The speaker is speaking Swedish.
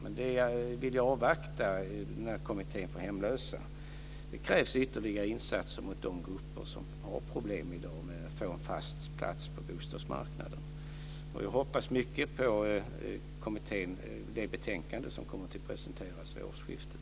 Men jag vill avvakta betänkandet från Kommittén för hemlösa. Det krävs ytterligare insatser för de grupper som i dag har problem att få en fast plats på bostadsmarknaden. Jag hoppas mycket på kommittén och det betänkande som kommer att presenteras vid årsskiftet.